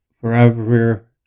forever